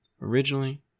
Originally